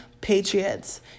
Patriots